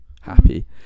happy